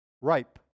Ripe